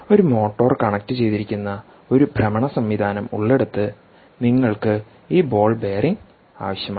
ഒരു മോട്ടോർ കണക്റ്റുചെയ്തിരിക്കുന്ന ഒരു ഭ്രമണ സംവിധാനം ഉള്ളിടത്ത് നിങ്ങൾക്ക് ഈ ബോൾ ബെയറിംഗ് ആവശ്യമാണ്